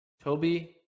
Toby